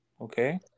Okay